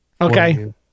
Okay